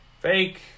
fake